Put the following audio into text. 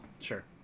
Sure